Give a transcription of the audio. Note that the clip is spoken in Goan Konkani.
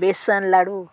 बेसन लाडू